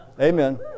Amen